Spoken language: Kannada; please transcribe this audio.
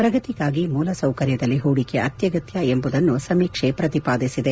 ಪ್ರಗತಿಗಾಗಿ ಮೂಲಸೌಕರ್ಯದಲ್ಲಿ ಪೂಡಿಕೆ ಅತ್ಯಗತ್ಯ ಎಂಬುದನ್ನು ಸಮೀಕ್ಷೆ ಪ್ರತಿಪಾದಿಸಿದೆ